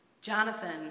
Jonathan